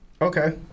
okay